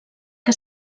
que